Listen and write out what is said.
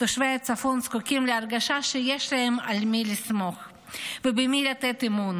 תושבי הצפון זקוקים להרגשה שיש להם על מי לסמוך ובמי לתת אמון,